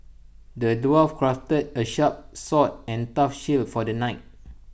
the dwarf crafted A sharp sword and A tough shield for the knight